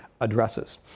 addresses